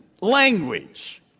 language